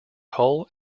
hull